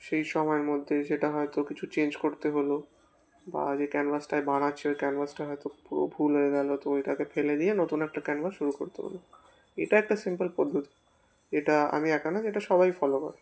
সেই সময়ের মধ্যে সেটা হয়তো কিছু চেঞ্জ করতে হলো বা যে ক্যানভাসটায় বানাচ্ছি ওই ক্যানভাসটা হয়তো পুরো ভুল হয়ে গেল তো ওইটাকে ফেলে দিয়ে নতুন একটা ক্যানভাস শুরু করতে হলো এটা একটা সিম্পল পদ্ধতি এটা আমি একা না এটা সবাই ফলো করে